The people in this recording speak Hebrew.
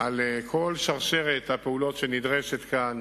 על כל שרשרת הפעולות שנדרשת כאן